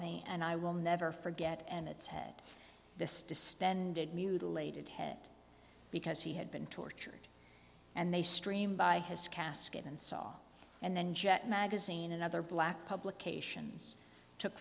me and i will never forget and it's had this distended mutilated head because he had been tortured and they streamed by his casket and saw and then jet magazine and other black publications took